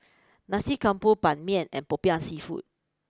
Nasi Campur Ban Mian and Popiah Seafood